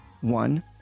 One